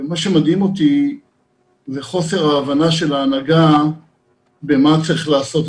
מה שמדהים אותי זה חוסר ההבנה של ההנהגה במה שצריך לעשות.